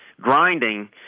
grinding